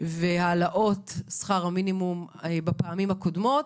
והעלאות שכר המינימום בפעמים הקודמות.